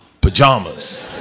pajamas